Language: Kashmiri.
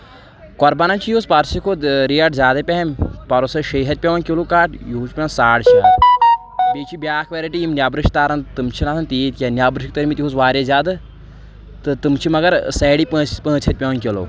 کۄربان چھُ یِہُس پرسٕے کھۄتہٕ ریٹ زیادٕ پَہن پرُس ٲسۍ شیٚیہِ ہَتہِ پٮ۪ٹھ پؠوان کِلوٗ کٹھ یہُس پؠوان ساڑ شیٚے ہَتھ بیٚیہِ چھِ بیاکھ ویرایٹی یِم نؠبرٕ چھِ تاران تِم چھِنہٕ آسان تیٖتۍ کینٛہہ نؠبرٕ چھِ تٲرمٕتۍ یِہُس واریاہ زیادٕ تہٕ تِم چھِ مگر سایڈی پانٛژِ پانٛژِ ہتھ پؠوان کِلوٗ